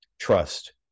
trust